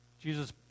Jesus